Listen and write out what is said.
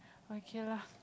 okay lah